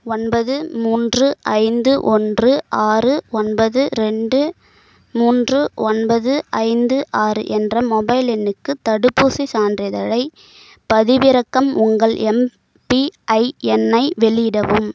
ஒன்பது மூன்று ஐந்து ஒன்று ஆறு ஒன்பது ரெண்டு மூன்று ஒன்பது ஐந்து ஆறு என்ற மொபைல் எண்ணுக்கு தடுப்பூசி சான்றிதழைப் பதிவிறக்கம் உங்கள் எம்பிஐ எண்ணை வெளியிடவும்